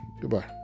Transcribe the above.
Goodbye